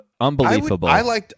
unbelievable